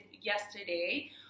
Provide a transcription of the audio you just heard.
yesterday